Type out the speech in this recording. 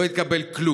לא התקבל כלום.